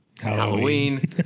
Halloween